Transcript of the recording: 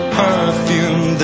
perfume